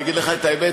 אני אגיד לך את האמת,